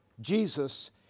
Jesus